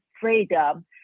freedom